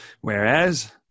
Whereas